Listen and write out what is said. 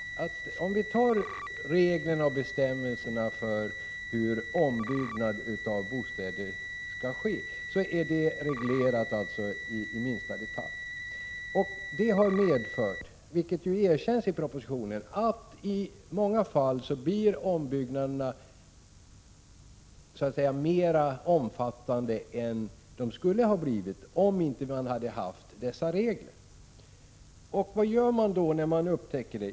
Ombyggnadsbestämmelserna är reglerade in i minsta detalj. Det har medfört, vilket ju erkänns i propositionen, att många ombyggnader blir mer omfattande än de skulle ha blivit om de här reglerna inte fanns. Vad gör man då när man upptäcker det?